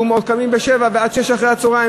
קמים ב-07:00 וצמים עד 18:00,